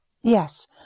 Yes